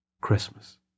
Christmas